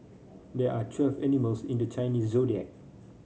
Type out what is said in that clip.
there are twelve animals in the Chinese Zodiac